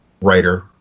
writer